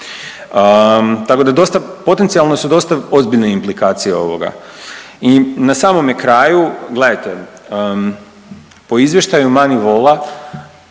Tako da potencijalno su dosta ozbiljne implikacije ovoga. I na samome kraju gledajte, po izvještaju MONEYVAL-a